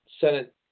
Senate